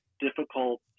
difficult